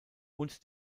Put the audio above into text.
und